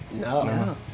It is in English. No